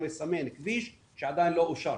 ולסמן כביש שעדיין לא אושר.